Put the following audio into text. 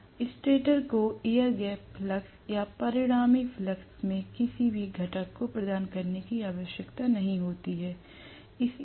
तब स्टेटर को air gap flux या परिणामी फ्लक्स में किसी भी घटक को प्रदान करने की आवश्यकता नहीं होती है